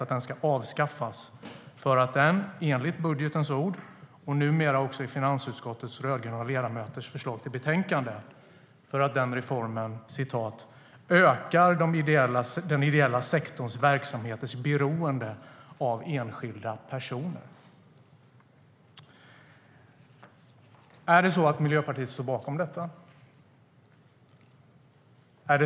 Reformen ska avskaffas därför att den - enligt budgetens ord och numera också finansutskottets rödgröna ledamöters förslag till betänkande - ökar den ideella sektorns verksamheters beroende av enskilda personer. Står Miljöpartiet bakom detta?